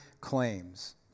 claims